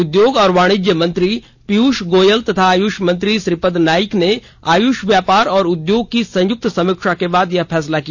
उद्योग और वाणिज्य मंत्री पीयूष गोयल तथा आयुष मंत्री श्रीपद नाईक ने आयुष व्यापार और उद्योग की संयुक्त समीक्षा के बाद यह फैसला किया